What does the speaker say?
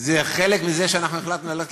זה חלק מזה שאנחנו החלטנו ללכת לבחירות.